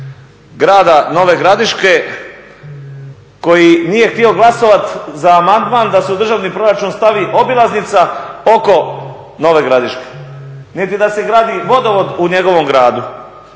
grada Nove Gradiške koji nije htio glasovati za amandman da se u državni proračun stavi obilaznica oko Nove Gradiške, niti da se gradi vodovod u njegovom gradu.